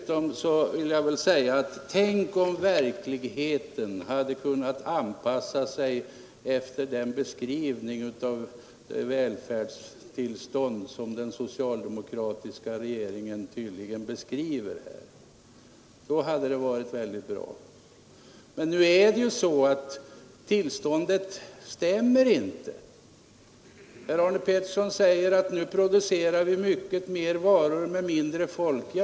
Tänk dessutom om verkligheten hade kunnat anpassa sig efter den beskrivning av välfärdstillståndet som den socialdemokratiska regeringen tydligen ger. Då hade det varit väldigt bra. Men nu stämmer tillståndet inte med beskrivningen. Herr Arne Pettersson säger att vi nu producerar mycket mera varor med mindre folk.